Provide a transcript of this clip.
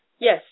Yes